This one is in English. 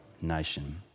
nation